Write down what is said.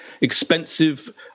expensive